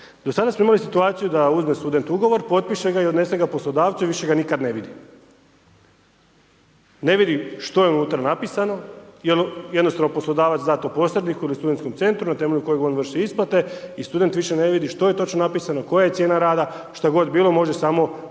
Do sada smo imali situaciju da uzme student ugovor, potpiše ga i odnese ga poslodavcu i više ga nikada ne vidi. Ne vidi što je unutra napisano, jer jednostavno poslodavac da to posredniku ili studentom centru, na temelju kojeg on vrši isplate i student više ne vidi što je točno napisano, koja je cijena rada, šta god bilo, može samo